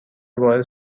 باعث